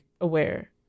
aware